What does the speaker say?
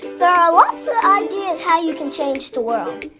there are lots of ideas how you can change the world.